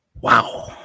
wow